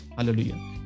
Hallelujah